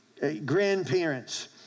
grandparents